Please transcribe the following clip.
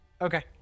Okay